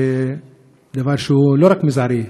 זה דבר שהוא לא רק מזערי,